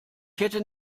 hätte